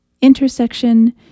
Intersection